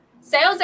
sales